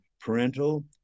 parental